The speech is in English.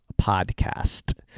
Podcast